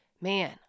man